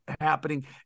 happening